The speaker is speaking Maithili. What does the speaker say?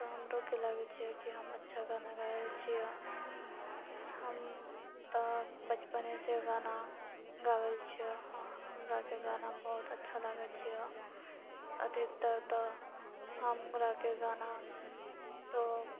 तऽ हमरोके लागै छै कि हम अच्छा गाना गाबै छिऐ हम तऽ बचपनेसँ गाना गावै लए छिऐ हमराके गाना बहुत अच्छा लागै छिऐ अधिकतर तऽ हमराके गाना तऽ